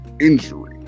injury